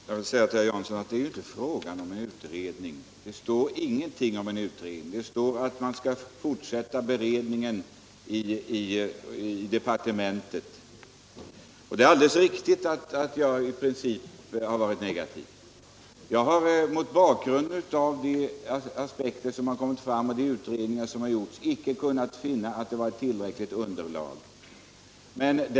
Herr talman! Jag vill säga till herr Jansson att det är ju inte fråga Onsdagen den om en utredning. Det står ingenting om det i betänkandet. Det står 8 december 1976 att man skall fortsätta beredningen i departementet. Det är alldeles riktigt att jag i princip har varit negativ till en utbyggnad Upprustning och av Göta kanal. Jag har mot bakgrund av de aspekter som kommit fram utbyggnad av Göta och de utredningar som gjorts icke kunnat se att det har förelegat ett — kanal tillräckligt underlag för en sådan utbyggnad.